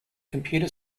computer